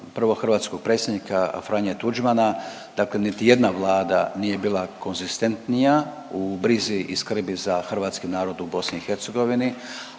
prvog hrvatskog predsjednika Franje Tuđmana dakle niti jedna Vlada nije bila konzistentnija u brizi i skrbi za hrvatski narod u BiH.